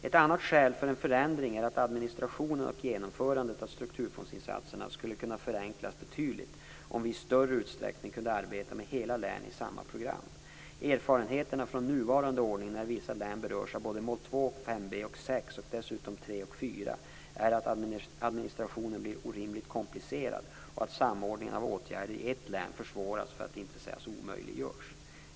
Ett annat skäl för en förändring är att administrationen och genomförandet av strukturfondsinsatserna skulle kunna förenklas betydligt om vi i större utsträckning kunde arbeta med hela län i samma program. Erfarenheterna från nuvarande ordning när vissa län berörs av både mål 2, 5b och 6 och dessutom 3 och 4 är att administrationen blir orimligt komplicerad och att samordningen av åtgärder i ett län försvåras, för att inte säga omöjliggörs.